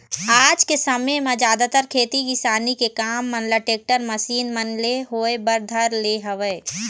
आज के समे म जादातर खेती किसानी के काम मन ल टेक्टर, मसीन मन ले होय बर धर ले हवय